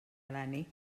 eleni